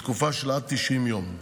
בתקופה של עד 90 ימים.